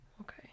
okay